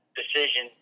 decision